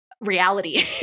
reality